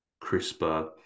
crisper